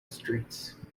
straits